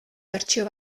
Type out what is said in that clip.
bertsio